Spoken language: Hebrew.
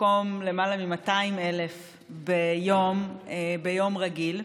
במקום למעלה מ-200,000 ביום רגיל,